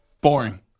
Boring